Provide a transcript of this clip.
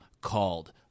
called